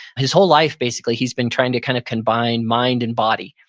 his whole life basically, he's been trying to kind of combine mind and body.